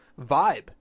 vibe